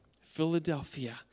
Philadelphia